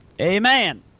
Amen